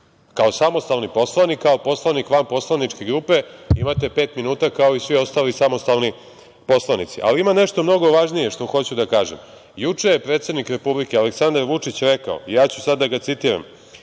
kao samostalni poslanik, kao poslanik van poslaničke grupe imate pet minuta kao i svi ostali samostalni poslanici. Ima nešto mnogo važnije što hoću da kažem. Juče je predsednik Republike Aleksandar Vučić rekao i ja ću sada da ga citiram